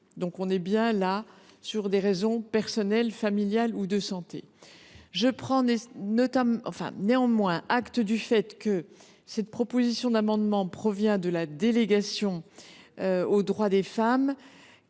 syndicale ou pour des raisons personnelles, familiales ou de santé ». Néanmoins, prenant acte du fait que cette proposition d’amendement provient de la délégation aux droits des femmes